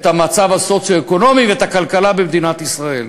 את המצב הסוציו-אקונומי ואת הכלכלה במדינת ישראל.